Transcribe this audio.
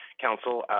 Council